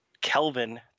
Kelvin